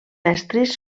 estris